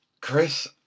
Chris